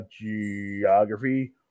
geography